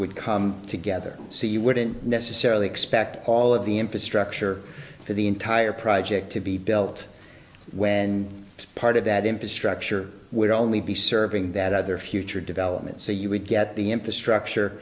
would come together so you wouldn't necessarily expect all of the infrastructure for the entire project to be built when part of that infrastructure would only be serving that other future development so you would get the infrastructure